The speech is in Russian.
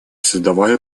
создавая